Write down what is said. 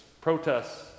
protests